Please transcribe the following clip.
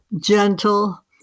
gentle